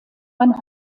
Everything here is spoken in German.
man